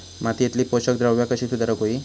मातीयेतली पोषकद्रव्या कशी सुधारुक होई?